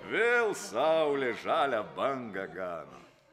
vėl saulė žalią bangą gano